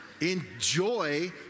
Enjoy